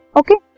okay